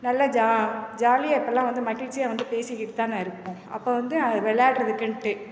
நல்ல ஜா ஜாலியாக இப்போல்லாம் வந்து மகிழ்ச்சியாக வந்து பேசிக்கிட்டு தானே இருக்கோம் அப்போ வந்து விளையாடறதுக்கின்ட்டு